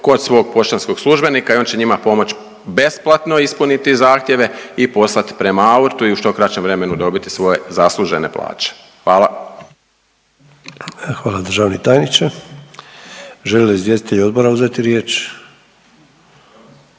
kod svog poštanskog službenika i on će njima pomoći besplatno ispuniti zahtjeve i poslati prema AORT-u i u što kraćem vremenu dobiti svoje zaslužene plaće. Hvala. **Sanader, Ante (HDZ)** Hvala državni tajniče. Žele li izvjestitelji odbora uzeti riječ?